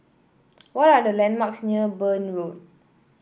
what are the landmarks near Burn Road